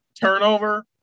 turnover